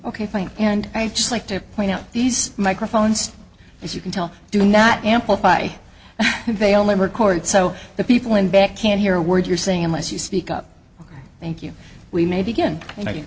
ok fine and i just like to point out these microphones as you can tell do not amplify they only record so the people in back can't hear a word you're saying unless you speak up ok thank you we may begin you know you